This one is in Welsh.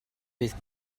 bydd